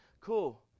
Cool